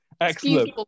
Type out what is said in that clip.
excellent